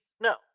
No